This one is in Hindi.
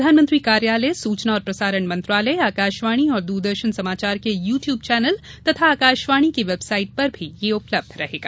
प्रधानमंत्री कार्यालय सूचना और प्रसारण मंत्रालय आकाशवाणी और दूरदर्शन समाचार के यू द्यूब चैनल तथा आकाशवाणी की वेबसाइट पर भी यह उपलब्ध रहेगा